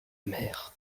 mer